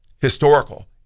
historical